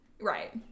right